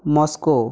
Moscow